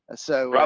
ah so